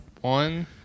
One